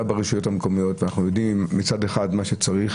ברשויות המקומיות ואנחנו יודעים מצד אחד עם מה צריך